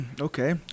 Okay